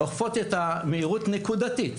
אוכפות את המהירות נקודתית.